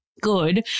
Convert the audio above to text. good